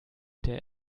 der